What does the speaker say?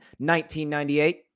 1998